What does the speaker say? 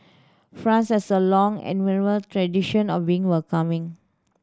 France has a long and admirable tradition of being welcoming